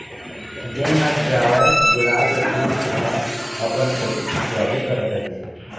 जेन ह जावय गुलाब के फूल तीर म अपन फोटू खिंचवाबे करत रहिस हे